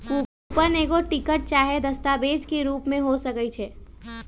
coupon एगो ticket चाहे दस्तावेज के रूप में हो सकइ छै